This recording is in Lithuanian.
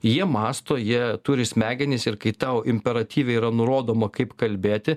jie mąsto jie turi smegenis ir kai tau imperatyviai yra nurodoma kaip kalbėti